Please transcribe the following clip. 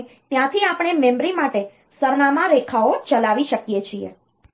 અને ત્યાંથી આપણે મેમરી માટે સરનામાં રેખાઓ ચલાવી શકીએ છીએ